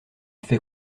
fait